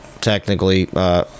technically